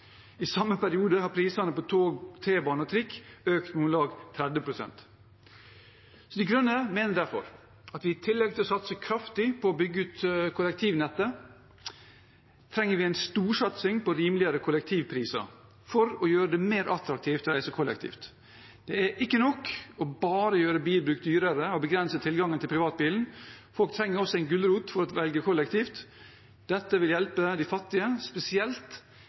I samme periode har prisene på tog, T-bane og trikk økt med om lag 30 pst. De Grønne mener derfor at vi – i tillegg til å satse kraftig på å bygge ut kollektivnettet –trenger en storsatsing på lavere kollektivpriser for å gjøre det mer attraktivt å reise kollektivt. Det er ikke nok bare å gjøre bilbruk dyrere og begrense tilgangen til privatbilen. Folk trenger også en gulrot for å velge kollektivt. Dette vil hjelpe de fattige, spesielt